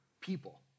people